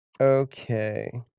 Okay